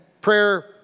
prayer